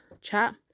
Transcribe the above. chat